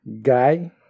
guy